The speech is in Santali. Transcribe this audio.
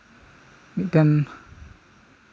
ᱢᱤᱫᱴᱮᱱ